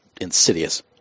insidious